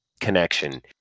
connection